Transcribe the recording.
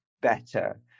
better